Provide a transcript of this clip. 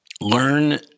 learn